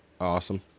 Awesome